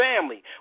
family